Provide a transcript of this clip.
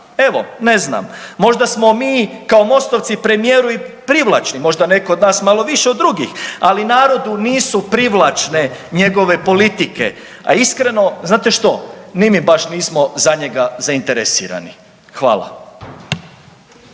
evo ne znam. Možda smo mi kao MOST-ovci premijeru i privlačni, možda netko od nas malo više od drugih, ali narodu nisu privlačne njegove politike. A iskreno znate što, ni mi baš nismo za njega zainteresirani. Hvala.